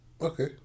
okay